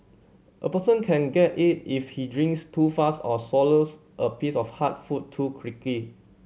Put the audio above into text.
a person can get it if he drinks too fast or swallows a piece of hard food too creaky